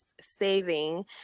saving